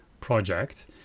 project